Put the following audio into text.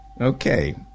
Okay